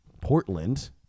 portland